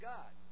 God